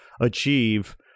achieve